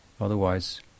Otherwise